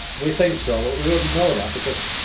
we think so. we wouldn't know that because.